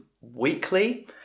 weekly